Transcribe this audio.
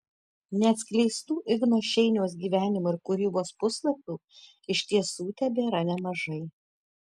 neatskleistų igno šeiniaus gyvenimo ir kūrybos puslapių iš tiesų tebėra nemažai